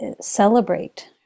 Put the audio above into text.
celebrate